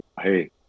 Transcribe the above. hey